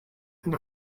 and